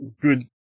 good